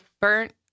burnt